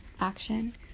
action